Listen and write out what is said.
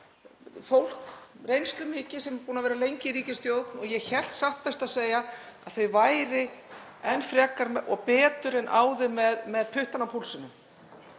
fólks sem er búið að vera lengi í ríkisstjórn. Ég hélt satt best að segja að þau væru enn frekar og betur en áður með puttann á púlsinum